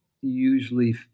usually